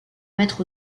mètre